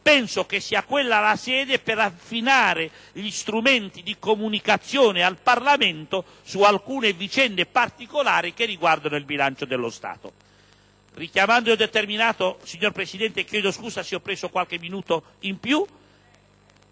penso che quella sarà la sede per affinare gli strumenti di comunicazione al Parlamento su alcune vicende particolari che riguardano il bilancio dello Stato.